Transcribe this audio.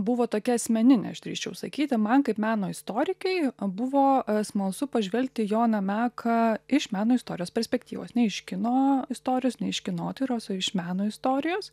buvo tokia asmeninė aš drįsčiau sakyti man kaip meno istorikei buvo smalsu pažvelgt į joną meką iš meno istorijos perspektyvos ne iš kino istorijos ne iš kinotyros o iš meno istorijos